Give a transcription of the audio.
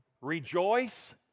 Rejoice